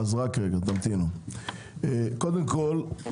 קודם כל,